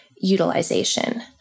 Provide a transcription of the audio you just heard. utilization